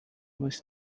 was